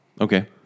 Okay